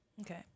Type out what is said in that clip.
Okay